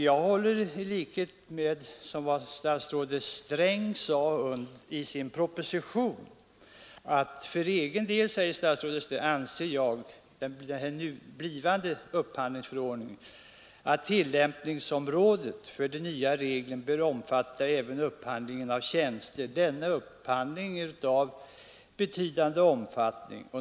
Jag håller med statsrådet Sträng när han i sin proposition om den blivande upphandlingsförordningen säger: För egen del anser jag att tillämpningsområdet för de nya reglerna bör omfatta även upphandling av tjänster. Denna upphandling är av betydande om fattning.